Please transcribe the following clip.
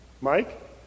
Mike